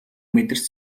мэдэрч